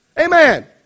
Amen